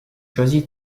choisi